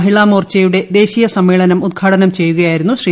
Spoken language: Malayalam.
മഹിളാ മോർച്ചയുടെ ദേശീയ സമ്മേളനം ഉദ്ഘാടനം ചെയ്യുകയായിരുന്നു ശ്രീ